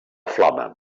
flama